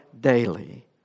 daily